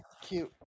Cute